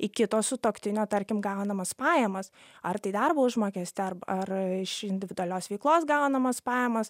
į kito sutuoktinio tarkim gaunamas pajamas ar tai darbo užmokestį arb ar iš individualios veiklos gaunamas pajamas